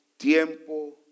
Tiempo